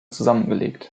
zusammengelegt